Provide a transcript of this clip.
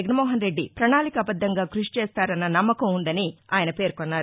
జగన్మోహన్ రెడ్డి ప్రణాళికాబద్ధంగా కృషి చేస్తారన్న నమ్మకం ఉందని పేర్కొన్నారు